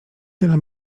tyle